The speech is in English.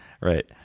right